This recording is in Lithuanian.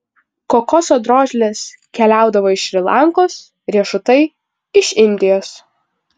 kokoso drožlės keliaudavo iš šri lankos riešutai iš indijos